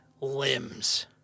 limbs